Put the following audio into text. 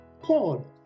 Paul